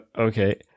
okay